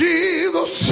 Jesus